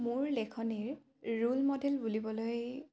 মোৰ লেখনিৰ role model বুলিবলৈ